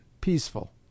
peaceful